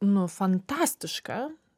nu fantastiška